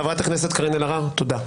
חברת הכנסת קארין אלהרר תודה.